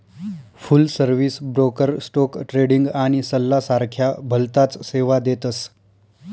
फुल service broker stock trading आणि सल्ला सारख्या भलताच सेवा देतस